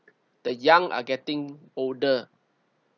the young are getting older